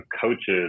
coaches